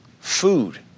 food